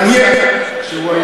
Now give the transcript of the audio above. כשהוא היה